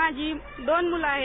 माझी दोन मुलं आहेत